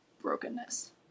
brokenness